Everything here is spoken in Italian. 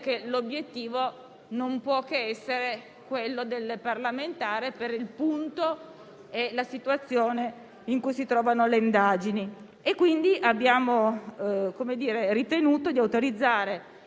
che l'obiettivo non può che essere quello del parlamentare per il punto e la situazione in cui si trovano le indagini. Quindi, abbiamo ritenuto di autorizzare